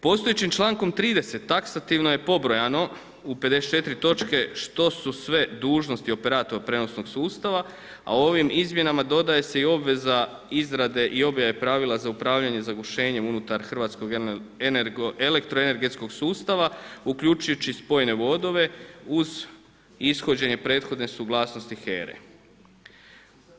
Postojećim člankom 30 taksativno je pobrojano u 54 točke što su sve dužnosti operatora prijenosnog sustava a ovim izmjenama dodaje se i obveza izrade i objave pravila za upravljanje zagušenjem unutar hrvatskog elektroenergetskog sustava uključujući spojene vodove uz ishođenje prethodne suglasnosti HERA-e.